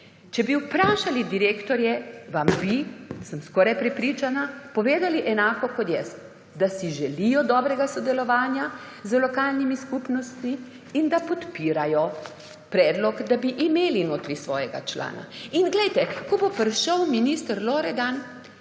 Če bi vprašali direktorje, bi vam – sem skoraj prepričana – povedali enako kot jaz, da si želijo dobrega sodelovanja z lokalnimi skupnostmi in da podpirajo predlog, da bi imeli svojega člana. In, glejte, ko bo prišel minister Loredan